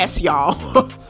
y'all